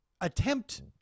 attempt